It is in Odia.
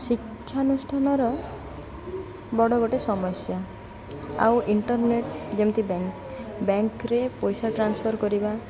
ଶିକ୍ଷାନୁଷ୍ଠାନର ବଡ଼ ଗୋଟେ ସମସ୍ୟା ଆଉ ଇଣ୍ଟର୍ନେଟ୍ ଯେମିତି ବ୍ୟାଙ୍କ୍ ବ୍ୟାଙ୍କ୍ରେ ପଇସା ଟ୍ରାନ୍ସଫର୍ କରିବା